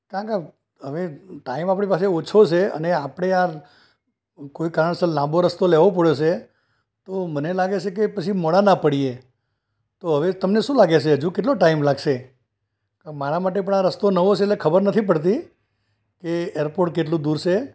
કારણ કે હવે ટાઈમ આપણી પાસે ઓછો છે અને આપણે આ કોઈ કારણસર લાંબો રસ્તો લેવો પડયો છે તો મને લાગે છે કે પછી મોડાં ના પડીએ તો હવે તમને શું લાગે છે હજુ કેટલો ટાઈમ લાગશે અને મારા માટે પણ આ રસ્તો નવો છે એટલે ખબર નથી પડતી કે એરપોર્ટ કેટલું દૂર છે